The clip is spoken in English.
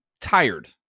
tired